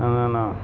نا نا نا